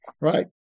right